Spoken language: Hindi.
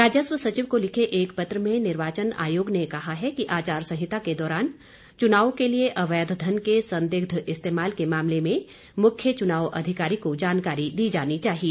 राजस्व सचिव को लिखे एक पत्र में निर्वाचन आयोग ने कहा है कि आचार संहिता के दौरान चुनाव के लिए अवैध धन के संदिग्ध इस्तेमाल के मामले में मुख्य चुनाव अधिकारी को जानकारी दी जानी चाहिए